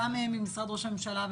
גם ממשרד ראש הממשלה,